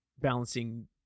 balancing